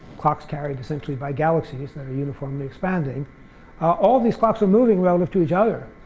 clocks carried essentially by galaxies that are uniformly expanding all these clocks are moving relative to each other.